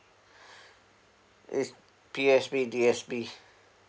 it's P_O_S_B P_O_S_B